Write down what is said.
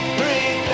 three